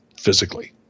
physically